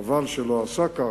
חבל שלא עשה כך.